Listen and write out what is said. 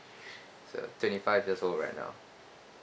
so twenty five years old right now